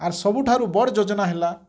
ଆର୍ ସବୁଠାରୁ ବଡ଼୍ ଯୋଜନା ହେଲା